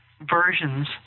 versions